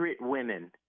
women